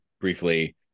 briefly